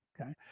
okay